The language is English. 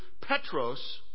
Petros